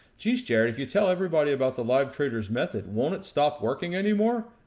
jeez, jared, if you tell everybody about the live traders method, won't it stop working anymore?